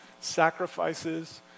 sacrifices